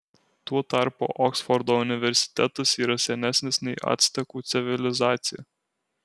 tuo tarpu oksfordo universitetas yra senesnis nei actekų civilizacija